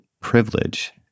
privilege